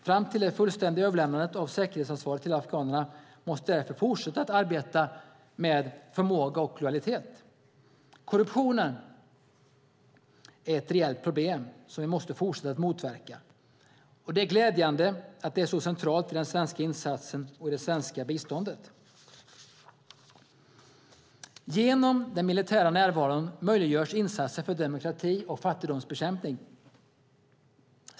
Fram till det fullständiga överlämnandet av säkerhetsansvaret till afghanerna måste vi därför fortsätta att arbeta med förmåga och lojalitet. Korruptionen är ett reellt problem som vi måste fortsätta att motverka. Det är glädjande att det är så centralt i den svenska insatsen och i det svenska biståndet. Genom den militära närvaron möjliggörs insatser för demokrati och fattigdomsbekämpning.